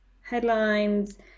headlines